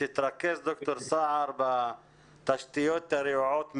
ד"ר סער הראל, תתרכז בתשתיות הרעועות מאוד,